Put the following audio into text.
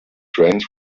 trains